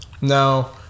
no